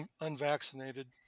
unvaccinated